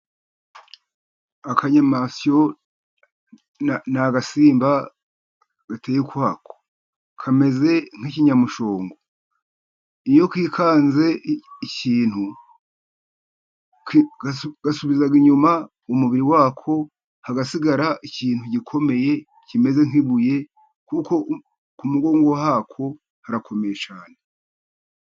Akanyamasyo ni agasimba gateye ukwako, kameze nk'ikinyamushongo, iyo kikanze ikintu gasubiza inyuma umubiri wako ,hagasigara ikintu gikomeye kimeze nk'ibuye, kuko ku mugongo wako harakomeye cyane.